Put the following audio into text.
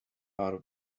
are